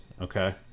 Okay